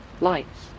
Lights